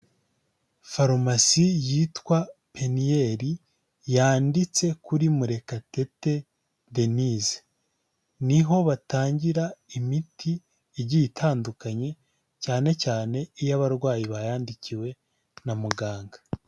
Farumasi yitwa Peniel yanditse kuri Murekatete Denyse, ni ho batangira imiti igiye itandukanye cyane cyane iyo abarwayi bayandikiwe na muganga.